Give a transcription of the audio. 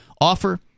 offer